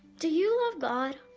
do you love god?